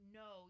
no